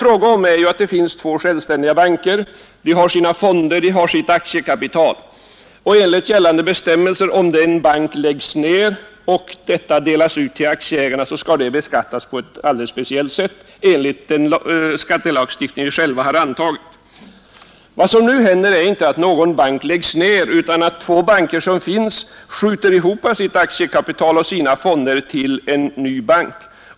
I det här fallet gäller det två självständiga banker, som har sina fonder och sitt aktiekapital, och enligt de bestämmelser som gäller när en bank läggs ned och aktiekapitalet delas ut till aktieägarna skall det beskattas på ett alldeles speciellt sätt enligt den skattelagstiftning vi själva har antagit. Vad som nu händer är inte att någon bank läggs ned, utan att två banker som finns skjuter ihop sitt aktiekapital och sina fonder till en ny bank.